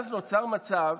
אז נוצר מצב,